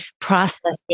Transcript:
processing